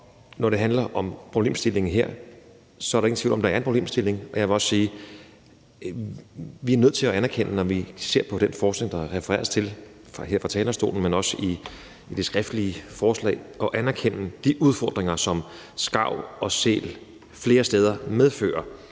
Når det handler om problemstillingen her, er der ingen tvivl om, at der er en problemstilling, og jeg vil også sige, at vi er nødt til, når vi ser på den forskning, der refereres til fra talerstolen, men også i det skriftlige forslag, at anerkende de udfordringer, som skarv og sæl flere steder medfører